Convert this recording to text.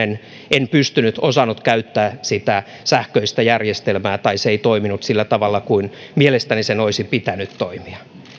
en osannut käyttää sitä sähköistä järjestelmää tai se ei toiminut sillä tavalla kuin mielestäni sen olisi pitänyt toimia